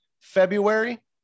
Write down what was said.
February